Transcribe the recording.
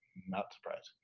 not surprised